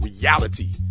reality